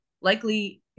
likely